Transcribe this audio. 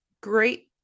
great